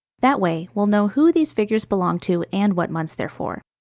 that way, we'll know who these figures belong to and what months they're for.